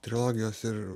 trilogijos ir